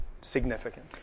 significant